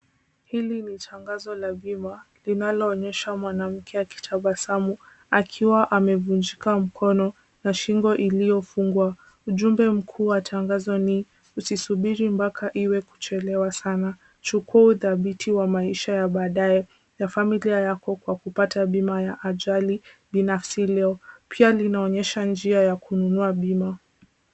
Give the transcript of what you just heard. Hili ni tangazo la bima, linaloonyesha mwanamke akitabasamu, akiwa amevunjika mkono na shingo iliyofungwa. Ujumbe mkuu wa tangazo ni, usisubiri mpaka iwe kuchelewa sana, chukua udhabiti wa maisha ya baadaye na familia yako kwa kupata bima ya ajali binafsi leo. Pia linaonyesha njia ya kununua bima.